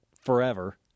forever